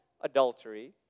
adultery